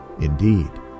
Indeed